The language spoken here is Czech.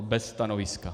Bez stanoviska.